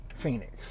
Phoenix